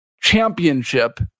championship